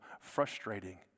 frustrating